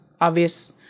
obvious